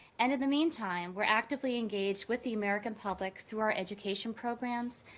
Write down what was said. and in the meantime we're actively engaged with the american public through our education programs,